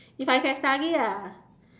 if I can study lah